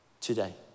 today